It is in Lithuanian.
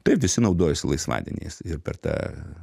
taip visi naudojosi laisvadieniais ir per tą